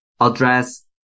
address